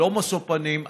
ללא משוא פנים,